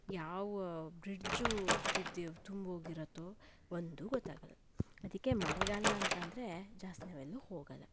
ಯಾವ ಬ್ರಿಡ್ಜ್ ಬಿದ್ದಿ ತುಂಬೋಗಿರತ್ತೋ ಒಂದೂ ಗೊತ್ತಾಗಲ್ಲ ಅದಕ್ಕೆ ಮಳೆಗಾಲ ಅಂತಂದರೆ ಜಾಸ್ತಿ ನಾವು ಎಲ್ಲೂ ಹೋಗಲ್ಲ